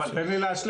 אבל תן לי להשלים.